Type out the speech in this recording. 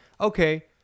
okay